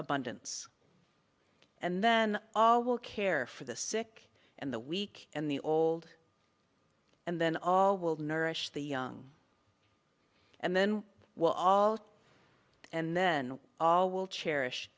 abundance and then all will care for the sick and the weak and the old and then all will nourish the young and then we will all and then all will cherish